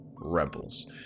Rebels